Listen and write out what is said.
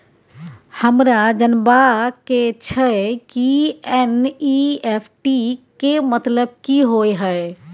हमरा जनबा के छै की एन.ई.एफ.टी के मतलब की होए है?